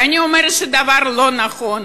ואני אומרת שהדבר הוא לא נכון,